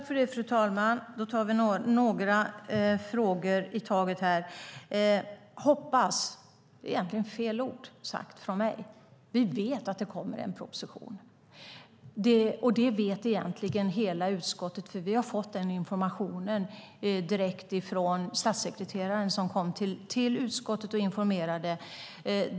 Fru talman! Jag besvarar några frågor i taget. Hoppas är egentligen fel ord sagt av mig. Vi vet att det kommer en proposition. Det vet egentligen hela utskottet. Vi har fått den informationen direkt från statssekreteraren, som kom till utskottet och informerade.